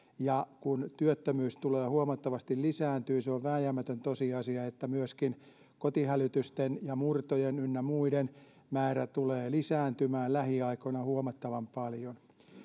ja kun työttömyys tulee huomattavasti lisääntymään se on vääjäämätön tosiasia että myöskin kotihälytysten ja murtojen ynnä muiden määrä tulee lisääntymään lähiaikoina huomattavan paljon